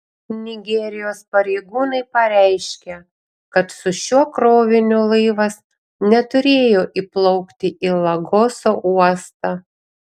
nigerijos pareigūnai pareiškė kad su šiuo kroviniu laivas neturėjo įplaukti į lagoso uostą